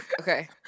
okay